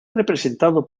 representado